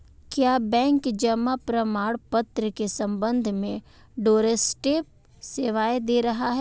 क्या बैंक जमा प्रमाण पत्र के संबंध में डोरस्टेप सेवाएं दे रहा है?